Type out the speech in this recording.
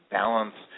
balance